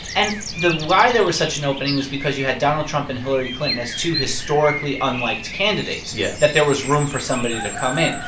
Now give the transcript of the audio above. and why there was such an opening was because you had donald trump and hillary clinton as two historically unliked candidates. yeah. that there was room for somebody to come in.